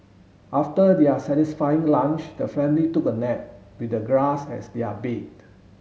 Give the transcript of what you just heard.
after their satisfying lunch the family took a nap with the grass as their bed